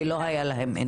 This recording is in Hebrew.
כי לא היה להם אינטרנט.